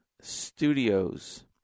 studios